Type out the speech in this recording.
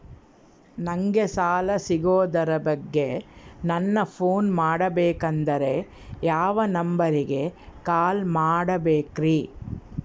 ನಂಗೆ ಸಾಲ ಸಿಗೋದರ ಬಗ್ಗೆ ನನ್ನ ಪೋನ್ ಮಾಡಬೇಕಂದರೆ ಯಾವ ನಂಬರಿಗೆ ಕಾಲ್ ಮಾಡಬೇಕ್ರಿ?